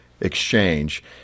exchange